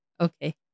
Okay